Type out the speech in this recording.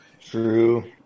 True